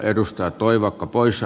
arvoisa herra puhemies